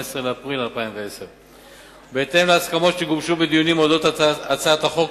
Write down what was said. באפריל 2010. בהתאם להסכמות שגובשו בדיונים על הצעת החוק,